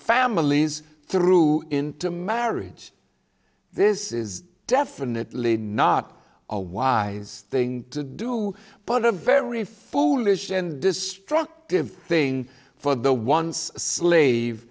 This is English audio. families through into marriage this is definitely not a wise thing to do but a very foolish and destructive thing for the once sl